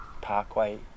Parkway